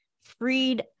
freed